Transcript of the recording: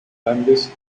grandes